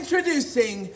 Introducing